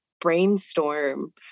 brainstorm